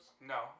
No